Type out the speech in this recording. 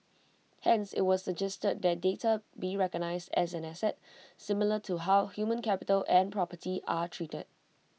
hence IT was suggested that data be recognised as an asset similar to how human capital and property are treated